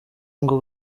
ngo